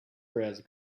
browser